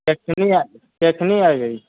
कखन एबै कखन एबै